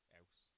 else